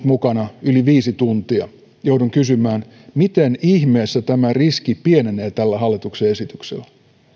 mukana nyt yli viisi tuntia joudun kysymään miten ihmeessä tämä riski pienenee tällä hallituksen esityksellä